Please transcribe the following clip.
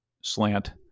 slant